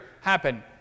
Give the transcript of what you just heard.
happen